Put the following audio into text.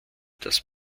das